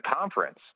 conference